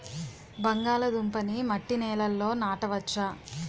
బంగాళదుంప నీ మట్టి నేలల్లో నాట వచ్చా?